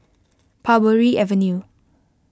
Parbury Avenue